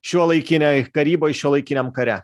šiuolaikinėj karyboj šiuolaikiniam kare